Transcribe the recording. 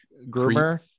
groomer